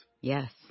Yes